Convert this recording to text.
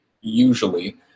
usually